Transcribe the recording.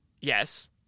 Yes